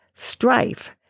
strife